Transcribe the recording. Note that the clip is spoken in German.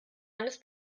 eines